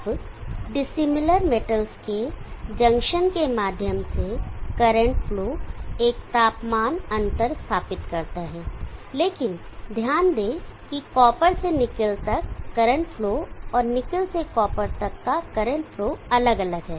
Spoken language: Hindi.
अब डिसिमिलर मेटल्स के जंक्शन के माध्यम से करंट फ्लो एक तापमान अंतर स्थापित करता है लेकिन ध्यान दें कि कॉपर से निकिल तक करंट फ्लो और निकिल से कॉपर तक का करंट फ्लो अलग अलग है